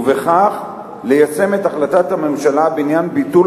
ובכך ליישם את החלטת הממשלה בעניין ביטול